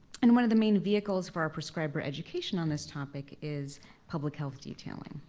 and one of the main vehicles for our prescriber education on this topic is public health detailing.